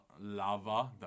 lava